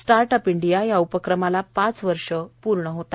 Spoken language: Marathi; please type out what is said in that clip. स्टार्ट अप इंडिया या उपक्रमाला पाच वर्षे पूर्ण होत आहेत